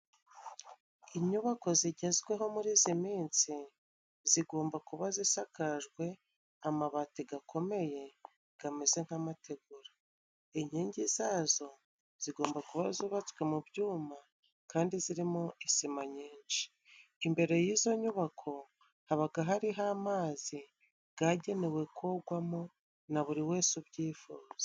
Inyubako zigezweho muri izi minsi, zigomba kuba zisakajwe amabati gakomeye gameze nk'amategura. Inkingi zazo zigomba kuba zubatswe mu byuma, kandi zirimo isima nyinshi. Imbere y'izo nyubako habaga hariho amazi, gagenewe kogwamo na buri wese ubyifuza.